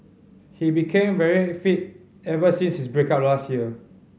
he became very fit ever since his break up last year